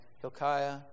Hilkiah